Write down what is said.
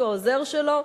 שהוא העוזר שלו.